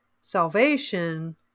salvation